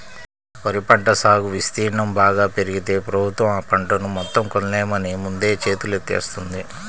వరి పంట సాగు విస్తీర్ణం బాగా పెరిగితే ప్రభుత్వం ఆ పంటను మొత్తం కొనలేమని ముందే చేతులెత్తేత్తంది